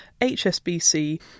HSBC